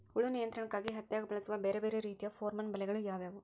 ಹುಳು ನಿಯಂತ್ರಣಕ್ಕಾಗಿ ಹತ್ತ್ಯಾಗ್ ಬಳಸುವ ಬ್ಯಾರೆ ಬ್ಯಾರೆ ರೇತಿಯ ಪೋರ್ಮನ್ ಬಲೆಗಳು ಯಾವ್ಯಾವ್?